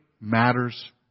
matters